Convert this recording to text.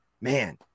man